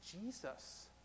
Jesus